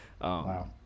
Wow